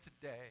today